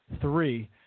three